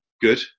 Good